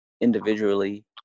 individually